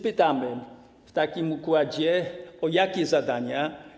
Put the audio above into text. Pytamy w takim układzie: Jakie zadania?